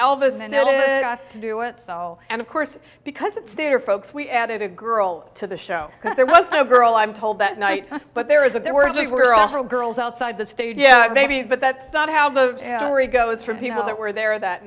and to do it so and of course because it's their folks we added a girl to the show because there was no girl i'm told that night but there is that there were days where all girls outside the stage yeah maybe but that's not how the jury goes from people that were there that